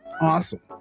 awesome